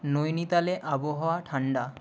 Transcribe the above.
নৈনিতালে আবহাওয়া ঠান্ডা